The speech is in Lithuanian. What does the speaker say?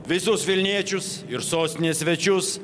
visus vilniečius ir sostinės svečius